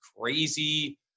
crazy